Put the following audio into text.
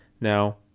Now